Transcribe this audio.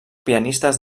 pianistes